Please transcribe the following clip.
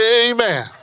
Amen